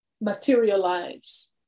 materialize